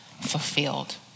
fulfilled